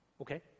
Okay